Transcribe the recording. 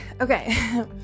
okay